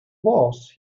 wars